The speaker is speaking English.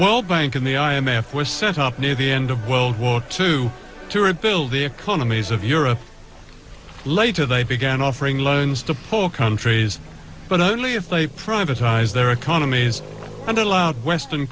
world bank and the i m f was set up near the end of world war two to rebuild the economies of europe later they began offering loans to poor countries but only if they privatized their economies and allowed western